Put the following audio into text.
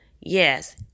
yes